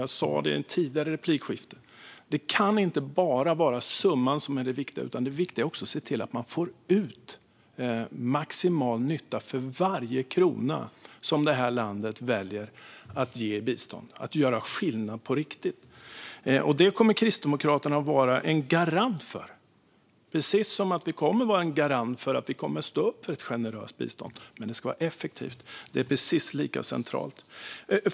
Jag sa samma sak i ett tidigare replikskifte: Det kan inte bara vara summan som är det viktiga, utan det är också viktigt att se till att man får ut maximal nytta för varje krona som det här landet väljer att ge i bistånd. Det handlar om att göra skillnad på riktigt, och det kommer Kristdemokraterna att vara en garant för - precis som vi kommer att vara en garant för och stå upp för ett generöst bistånd. Det ska dock vara effektivt, vilket är precis lika centralt.